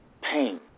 pain